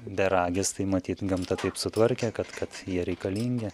beragis tai matyt gamta taip sutvarkė kad kad jie reikalingi